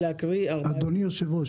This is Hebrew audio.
אדוני היושב ראש,